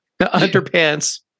underpants